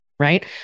right